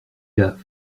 gars